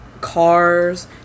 cars